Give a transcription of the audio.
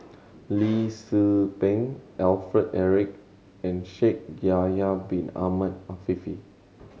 Lee Tzu Pheng Alfred Eric and Shaikh Yahya Bin Ahmed Afifi